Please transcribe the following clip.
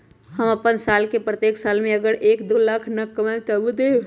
हम अपन साल के प्रत्येक साल मे अगर एक, दो लाख न कमाये तवु देम?